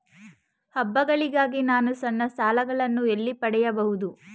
ಹಬ್ಬಗಳಿಗಾಗಿ ನಾನು ಸಣ್ಣ ಸಾಲಗಳನ್ನು ಎಲ್ಲಿ ಪಡೆಯಬಹುದು?